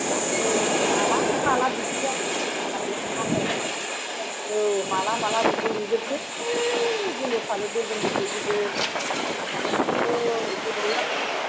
मा औ माब्ला माब्ला बिदि जाजोबखो नंनानै आन्दायबाय औ माला माला बिदि लुजोबखो गिलु फालु बिल्दिं गिदिर गिदिर औ गोबाव जाथारबाय